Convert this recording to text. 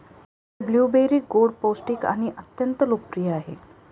blueberry गोड, पौष्टिक आणि अत्यंत लोकप्रिय आहेत